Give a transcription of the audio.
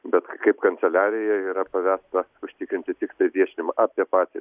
bet kaip kanceliarijai yra pavesta užtikrinti tiktai viešinimą apie patį